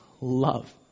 Love